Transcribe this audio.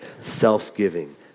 self-giving